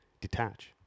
detach